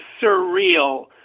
surreal